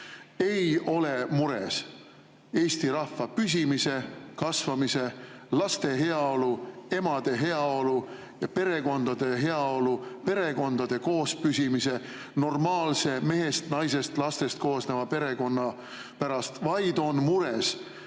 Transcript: ei ole mures Eesti rahva püsimise, kasvamise, laste heaolu, emade heaolu ja perekondade heaolu, perekondade koospüsimise, normaalse mehest, naisest ja lastest koosneva perekonna pärast, vaid on mures